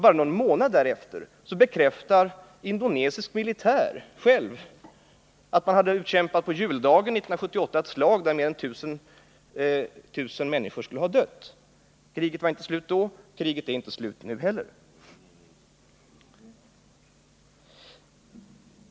Bara någon månad därefter bekräftade indonesisk militär själv att man på juldagen 1978 hade utkämpat ett slag där mer än 1000 människor skulle ha dött. Kriget var inte slut då. Kriget är inte slut nu heller.